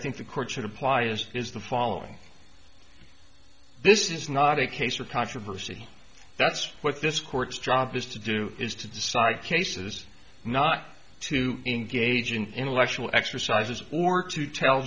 think the court should apply as is the following this is not a case of controversy that's what this court's job is to do is to decide cases not to engage an intellectual exercises or to tell